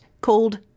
called